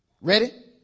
Ready